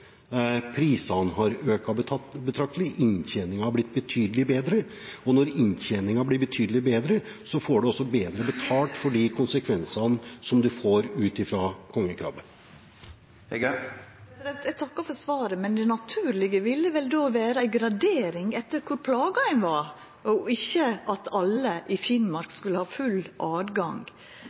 prisene har økt betraktelig, inntjeningen har blitt betydelig bedre, og når inntjeningen blir betydelig bedre, får en også bedre betalt i forhold til konsekvensene av kongekrabben. Eg takkar for svaret. Men det naturlege ville vel då vera ei gradering etter kor plaga ein var, og ikkje at alle i Finnmark skulle ha full